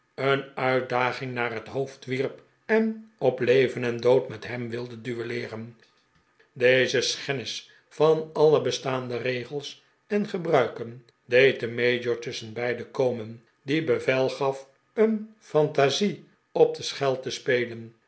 een uitdaging naar het hoofd wierp en op leven en dood met hem wil de duelleeren deze schennis van alle bestaande regels en ge bruiken deed den mayor tusschenbeide komen die bevel gaf een fantasie op de schel te spelen